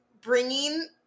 bringing